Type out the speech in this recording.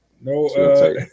No